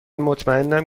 مطمئنم